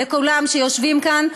לכולם שיושבים כאן.